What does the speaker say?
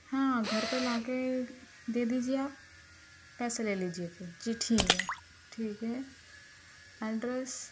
ہاں گھر پہ لا کے دے دیجئے آپ پیسے لے لیجئے پھر جی ٹھیک ہے ٹھیک ہے ایڈریس